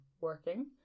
working